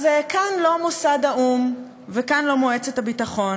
אז כאן לא מוסד האו"ם וכאן לא מועצת הביטחון,